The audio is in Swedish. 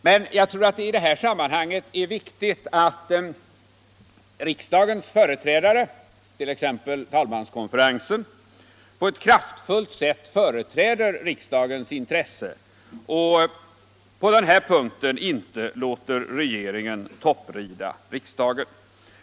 Men jag tror att det i detta sammanhang också är viktigt att riksdagens företrädare — t.ex. talmanskonferensen — på ett kraftfullt sätt företräder riksdagens intresse och på denna punkt inte låter regeringen topprida riksdagen.